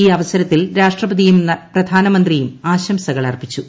ഈ അവസരത്തിൽ രാഷ്ട്രപതിയൂർ പ്രധാനമന്ത്രിയും ആശംസകൾ അർപ്പിച്ചു